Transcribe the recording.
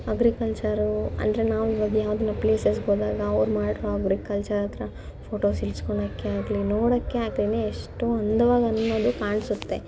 agriculture ಅಂದರೆ ನಾವೀವಾಗ ಯಾವ್ದಾನ ಪ್ಲೇಸಸ್ಗೋದಾಗ ಅವ್ರು ಮಾಡಿರೋ ಅಗ್ರಿಕಲ್ಚರತ್ರ ಫೋಟೋಸ್ ಹಿಡ್ಸ್ಕೊಳ್ಳೋಕ್ಕೆ ಆಗಲಿ ನೋಡೋಕೆ ಆಗ್ಲಿನೇ ಎಷ್ಟು ಅಂದವಾಗನ್ನೋದು ಕಾಣಿಸುತ್ತೆ